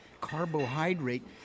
Carbohydrate